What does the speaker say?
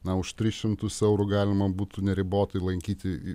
na už tris šimtus eurų galima būtų neribotai lankyti